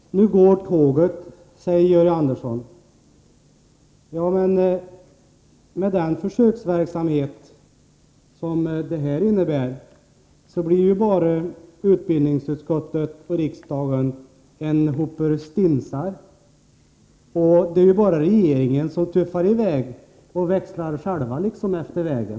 Herr talman! Nu går tåget, säger Georg Andersson. Ja, men med den försöksverksamhet som detta innebär blir utbildningsutskottet och riksdagen endast en hoper stinsar — och det är bara regeringen som tuffar i väg och själv växlar efter vägen.